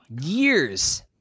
Years